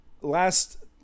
Last